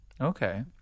Okay